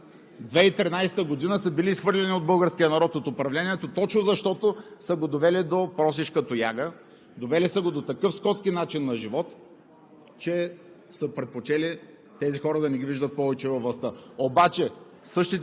това са безброй хора, които в недалечната 2013 г. са били изхвърлени от българския народ от управлението, точно защото са го довели до просешка тояга, довели са го такъв скотски начин на живот,